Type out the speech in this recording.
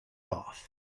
off